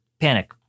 panic